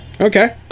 Okay